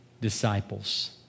disciples